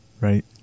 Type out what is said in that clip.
Right